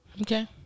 Okay